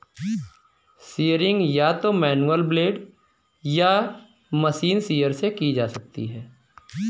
shearing या तो manual blade या मशीन शीयर से की जा सकती है